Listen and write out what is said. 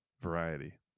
variety